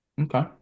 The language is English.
Okay